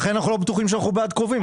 לכן אנחנו לא בטוחים שאנחנו בעד קרובים.